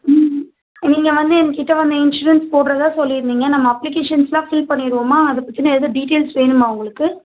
ம் நீங்கள் வந்து என்கிட்ட வந்து இன்சூரன்ஸ் போடுறதா சொல்லி இருந்தீங்க நம்ம அப்ளிகேஷன்ஸ் எல்லாம் ஃபில் பண்ணிவிடுவோமா அதை பற்றின எதாவது டீடியல்ஸ் வேணுமா உங்களுக்கு